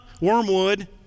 wormwood